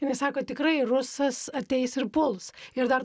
jinai sako tikrai rusas ateis ir puls ir dar